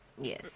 Yes